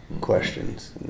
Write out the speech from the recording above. questions